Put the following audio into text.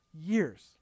years